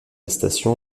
station